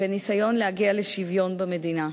וניסיון להגיע לשוויון במדינה.